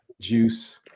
Juice